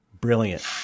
brilliant